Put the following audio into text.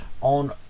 on